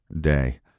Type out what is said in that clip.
Day